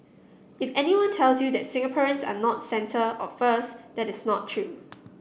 if anyone tells you that Singaporeans are not centre or first that is not true